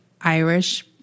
Irish